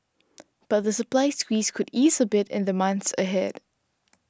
but the supply squeeze could ease a bit in the months ahead